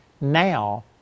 now